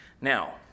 Now